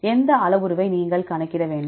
எந்த அளவுருவை நீங்கள் கணக்கிட வேண்டும்